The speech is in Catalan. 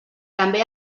també